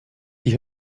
die